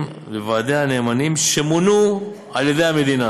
לוועדי הנאמנים שמונו על ידי המדינה,